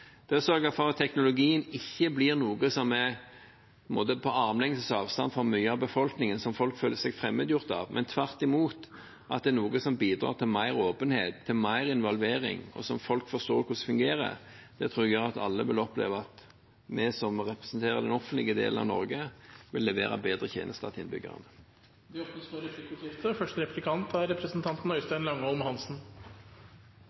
Det å sørge for at teknologien ikke blir noe som er på armlengdes avstand fra mye av befolkningen, som folk føler seg fremmedgjort av, men tvert imot at det er noe som bidrar til mer åpenhet, til mer involvering, og som folk forstår hvordan fungerer, tror jeg gjør at alle vil oppleve at vi som representerer den offentlige delen av Norge, vil levere bedre tjenester til innbyggerne. Det blir replikkordskifte. Det er